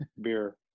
beer